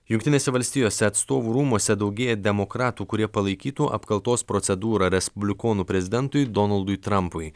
jungtinėse valstijose atstovų rūmuose daugėja demokratų kurie palaikytų apkaltos procedūrą respublikonų prezidentui donaldui trampui